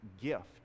gift